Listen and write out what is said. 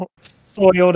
Soiled